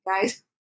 guys